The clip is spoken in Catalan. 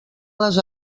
les